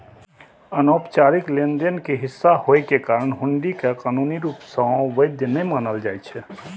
अनौपचारिक लेनदेन के हिस्सा होइ के कारण हुंडी कें कानूनी रूप सं वैध नै मानल जाइ छै